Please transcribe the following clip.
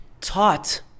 taught